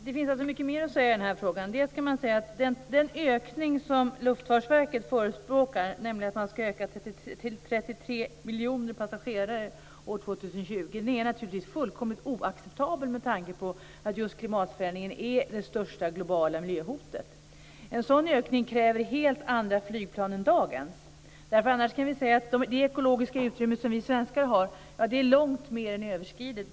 Fru talman! Det finns mycket mer att säga i den här frågan. Den ökning som Luftfartsverket förespråkar, nämligen en ökning av antalet passagerare till 33 miljoner till år 2020, är naturligtvis fullkomligt oacceptabel med tanke på att just klimatförändringen är det största globala miljöhotet. En sådan ökning kräver helt andra flygplan än dagens. Det ekologiska utrymme som vi svenskar har är långt mer än överskridet.